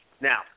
now